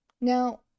Now